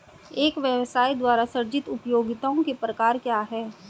एक व्यवसाय द्वारा सृजित उपयोगिताओं के प्रकार क्या हैं?